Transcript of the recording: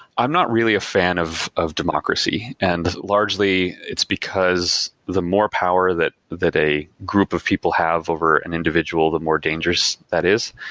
i'm not really a fan of of democracy and largely it's because the more power that that a group of people have over an individual, the more dangerous that is.